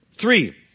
Three